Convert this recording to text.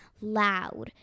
Loud